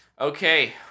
Okay